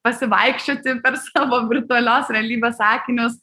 pasivaikščioti per savo virtualios realybės akinius